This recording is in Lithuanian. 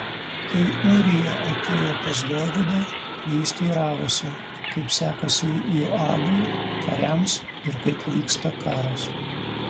kai ūrija atėjo pas dovydą jis teiravosi kaip sekasi joabui kariams ir kaip vyksta karas